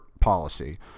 policy